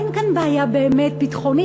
אין כאן בעיה באמת ביטחונית.